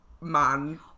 man